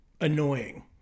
annoying